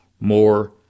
more